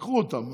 לקחו אותן.